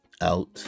out